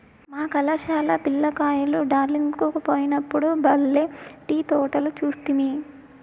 మా కళాశాల పిల్ల కాయలు డార్జిలింగ్ కు పోయినప్పుడు బల్లే టీ తోటలు చూస్తిమి